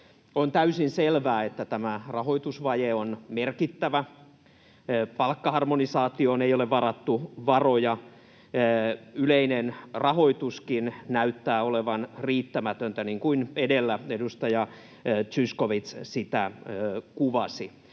On täysin selvää, että tämä rahoitusvaje on merkittävä: palkkaharmonisaatioon ei ole varattu varoja, ja yleinen rahoituskin näyttää olevan riittämätöntä, niin kuin edellä edustaja Zyskowicz sitä kuvasi.